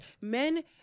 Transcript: men